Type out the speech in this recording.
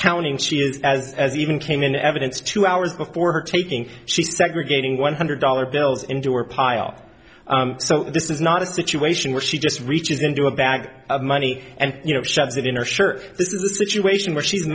counting she is as as even came into evidence two hours before her taking she segregating one hundred dollar bills into her pile so this is not a situation where she just reaches into a bag of money and you know shoves it in her shirt this is the situation whe